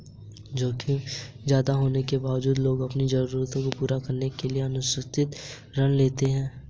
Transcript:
जोखिम ज्यादा होने के बावजूद लोग अपनी जरूरतों को पूरा करने के लिए असुरक्षित ऋण लेते हैं